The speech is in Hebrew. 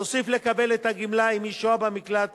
תוסיף לקבל את הגמלה אם היא שוהה במקלט